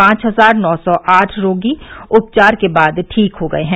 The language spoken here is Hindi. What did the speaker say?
पांच हजार नौ सौ आठ रोगी उपचार के बाद ठीक हो गए हैं